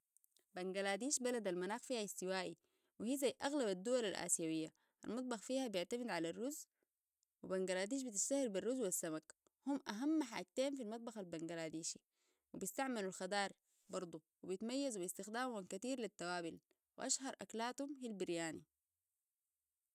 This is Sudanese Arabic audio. بنغلاديش بلد المناخ فيها استوائي وهي زي أغلب الدول الآسيوية المطبخ فيها بيعتمد على الرز وبنغلاديش بتشتهر بالرز والسمك هم أهم حاجتين في المطبخ البنغلاديشي وبيستعملوا الخضار برضو وبيتميزوا باستخدامهم كتير للتوابل وأشهر أكلاتهم هي البرياني